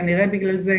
כנראה בגלל זה,